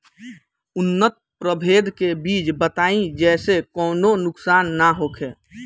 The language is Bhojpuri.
उन्नत प्रभेद के बीज बताई जेसे कौनो नुकसान न होखे?